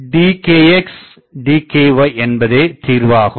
rdkxdky என்பதே தீர்வாகும்